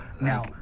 now